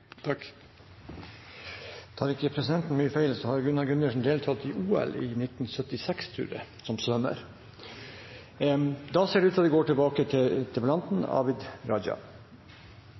Tar ikke presidenten mye feil, har representanten Gunnar Gundersen deltatt i OL i 1976 som svømmer. Det stemmer. Da ser det ut til at vi går tilbake til interpellanten, representanten Abid Q. Raja.